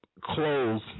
close